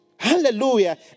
Hallelujah